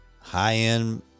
high-end